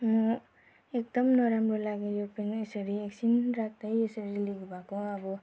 एकदम नराम्रो लाग्यो यो पेन यसरी एकछिन राख्दै यसरी लिक भएको अब